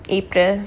april